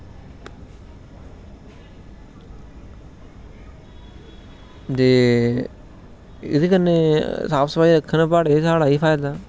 दे एहदे कन्ने साफ सफाई रखने प्हाडे़ं च साढ़ा एह् फायदा ऐ